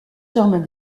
germain